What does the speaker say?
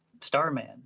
Starman